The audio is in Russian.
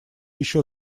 еще